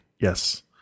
Yes